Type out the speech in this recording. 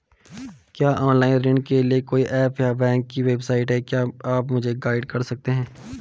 क्या ऑनलाइन ऋण के लिए कोई ऐप या बैंक की वेबसाइट है क्या आप मुझे गाइड कर सकते हैं?